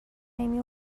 نمی